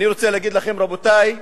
אני רוצה להגיד לכם, רבותי,